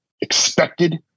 expected